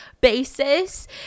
basis